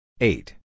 Eight